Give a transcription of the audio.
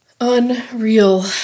Unreal